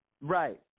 Right